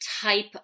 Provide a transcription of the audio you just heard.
type